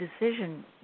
decision